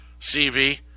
CV